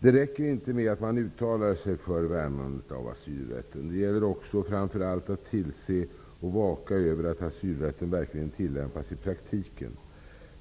Det räcker inte med att man uttalar sig för värnandet om asylrätten. Det gäller också framför allt att tillse och vaka över att asylrätten verkligen tillämpas i praktiken.